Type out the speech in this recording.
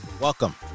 welcome